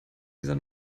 dieser